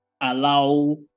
allow